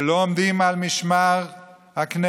שלא עומדים על משמר הכנסת,